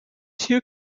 two